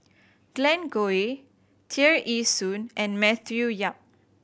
Glen Goei Tear Ee Soon and Matthew Yap